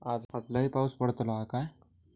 आज लय पाऊस पडतलो हा काय?